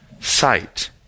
sight